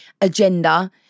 agenda